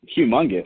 humongous